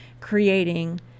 creating